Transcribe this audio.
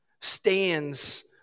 stands